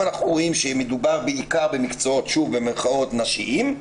הם מקצועות "נשיים".